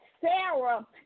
Sarah